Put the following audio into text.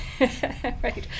Right